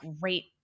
Great